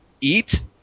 eat